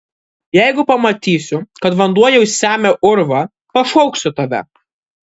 jeigu pamatysiu kad vanduo jau semia urvą pašauksiu tave